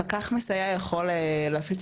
אני רק אגיד שפקח מסייע יכול להפעיל את